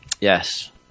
Yes